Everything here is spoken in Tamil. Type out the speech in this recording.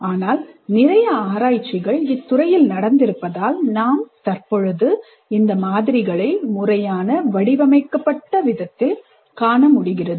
ஆனால் நிறைய ஆராய்ச்சிகள் இத்துறையில் நடந்திருப்பதால் நாம் தற்பொழுது இந்த மாதிரிகளை முறையான வடிவமைக்கப்பட்ட விதத்தில் காணமுடிகிறது